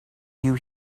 you